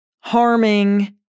harming